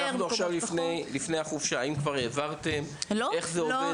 אנחנו עכשיו לפני החופשה, האם כבר העברתם?